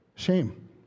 shame